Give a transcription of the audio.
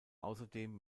außerdem